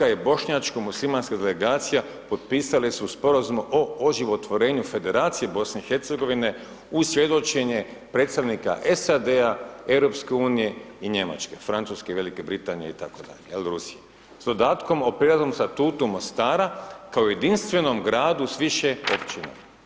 RH je bošnjačko muslimanska delegacija, potpisale su Sporazum o oživotvorenju Federacije BiH uz svjedočenje predstavnika SAD-a, EU i Njemačke, Francuske, Velike Britanije itd., Rusije s dodatkom o prirodnom statutu Mostara kao jedinstvenom gradu s više općina.